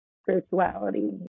Spirituality